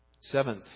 Seventh